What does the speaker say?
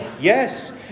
Yes